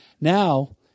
Now